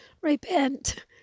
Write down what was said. Repent